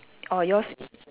oh yours